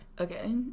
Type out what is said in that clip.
Okay